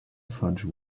fudge